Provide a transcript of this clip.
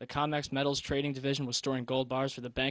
the comex metals trading division was storing gold bars for the bank